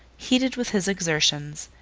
heated with his exertions,